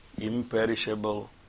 imperishable